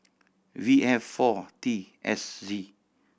V F four T S Z